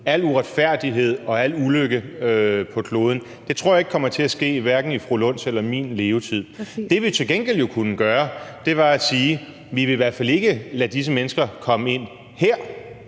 al uretfærdighed og al ulykke på kloden kommer til at ske i fru Rosa Lunds eller min levetid. Det, vi jo til gengæld kunne gøre, var at sige, at vi i hvert fald ikke vil lade disse mennesker komme ind her.